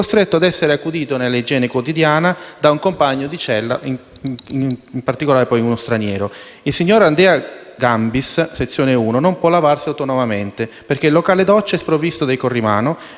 da un compagno di cella (si tratta nello specifico di uno straniero). Il signor Andrea Gambis, sezione 1, non può lavarsi autonomamente perché il locale docce è sprovvisto dei corrimano e degli ausili necessari ai portatori di disabilità.